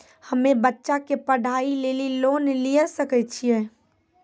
हम्मे बच्चा के पढ़ाई लेली लोन लिये सकय छियै?